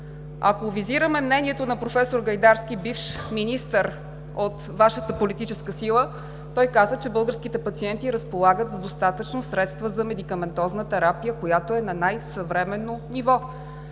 Ако визираме мнението на проф. Гайдарски, бивш министър от Вашата политическа сила, той каза, че българските пациенти разполагат с достатъчно средства за медикаментозна терапия, която е на най-съвременно ниво.